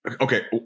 okay